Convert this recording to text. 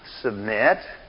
submit